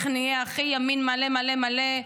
איך נהיה הכי ימין מלא מלא מלא,